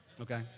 Okay